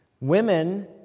Women